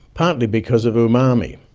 partly because of umami.